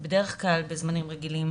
בדרך כלל בזמנים רגילים